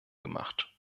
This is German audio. gemacht